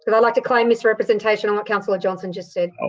but i'd like to claim misrepresentation on what councillor johnston just said. ah